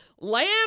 Land